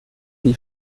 die